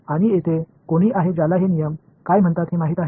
आणि येथे कोणी आहे ज्याला हे नियम काय म्हणतात हे माहित आहे